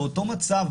באותו מצב,